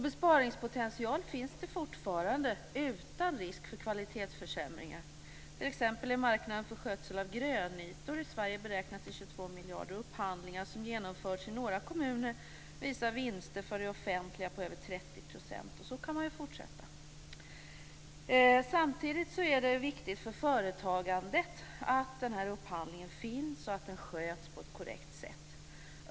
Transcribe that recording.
Besparingspotential finns det fortfarande - utan risk för kvalitetsförsämringar. T.ex. är marknaden för skötsel av grönytor i Sverige beräknad till 22 miljarder kronor. Upphandlingar som genomförts i några kommuner visar vinster för det offentliga på över 30 %. Så kan man ju fortsätta. Samtidigt är det viktigt för företagandet att den här upphandlingen finns och att den sköts på ett korrekt sätt.